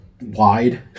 wide